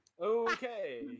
Okay